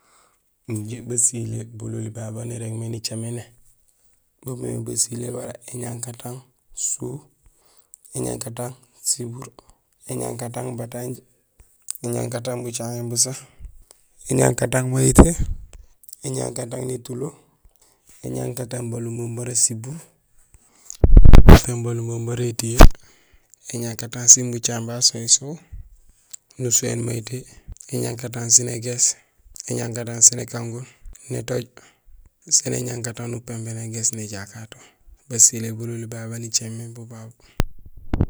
Injé basilé bololi babu baan irégmé icaméné bo boomé basilé bara éñankatang suu, éñankatang sibuur, éñankatang batanj, éñankatang bucaŋéén busa, éñankatang mayitee, éñankatang nétulo, éñankatang balumbung bara sibuur, balumbung bara étiyee, éñankatang sén bucaŋéé ba sowi soow nusohéén mayitee, éñankatang sin égéés, éñankatang sin ékangul, nétooj, sén éñankatang nupimbéén égési néjakato. Basilé bololi baan icaméén mé bo babu.